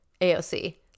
AOC